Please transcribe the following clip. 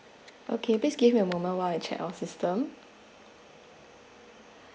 okay please give me a moment while I check our system